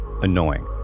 annoying